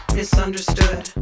misunderstood